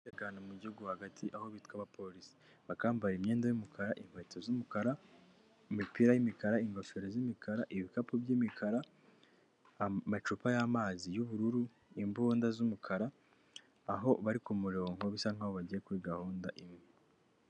Icyo miliyoni ijana na mirongo ine z'amanyarwanda zakugurira muri Kigali akaba ari igikoni kigezweho ndetse gikoze neza cyubatse neza kikaba kirimo n'itara.